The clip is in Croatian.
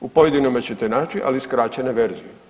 U pojedinima ćete naći, ali skraćene verzije.